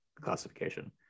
classification